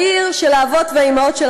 אבא של מי, אברהם?